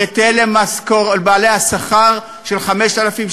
ניתן לבעלי השכר של 5,000,